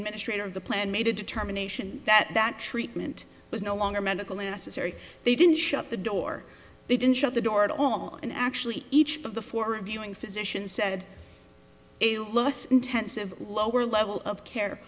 administrator of the plan made a determination that that treatment was no longer medically necessary they didn't shut the door they didn't shut the door at all and actually each of the four a viewing physician said a less intensive lower level of care